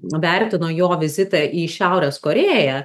vertino jo vizitą į šiaurės korėją